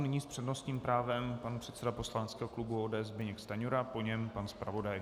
Nyní s přednostním právem pan předseda poslaneckého klubu ODS Zbyněk Stanjura, po něm pan zpravodaj.